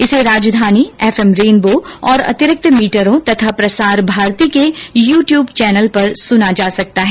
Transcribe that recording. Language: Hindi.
इसे राजधानी एफ एम रेनबो और अतिरिक्त मीटरों तथा प्रसार भारती के यू ट्यूब चैनल पर सुना जा सकता है